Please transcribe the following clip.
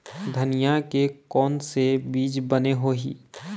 धनिया के कोन से बीज बने होही?